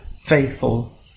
faithful